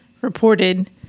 reported